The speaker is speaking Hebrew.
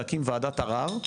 להקים וועדת ערער,